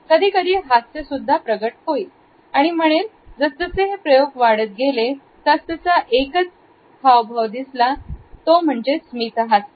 कधीकधी हास्य सुद्धा प्रगट होई आणि जसजसे हे प्रयोग वाढत गेले तसा तसा एकच हावभावा दिसला तो म्हणजे स्मितहास्य